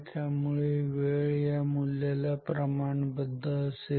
त्यामुळे वेळ या मूल्यला प्रमाणबद्ध असेल